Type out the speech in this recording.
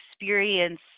experience